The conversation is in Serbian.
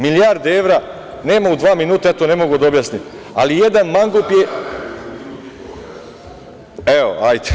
Milijarde evra nema u dva minuta i ja to ne mogu da objasnim, ali jedan mangup je... (Vojislav Šešelj: Sada ću ja tebi u minut i po.) Evo, hajde.